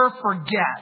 forget